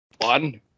One